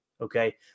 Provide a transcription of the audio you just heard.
Okay